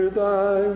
thy